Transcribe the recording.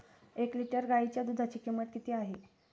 एक लिटर गाईच्या दुधाची किंमत किती आहे?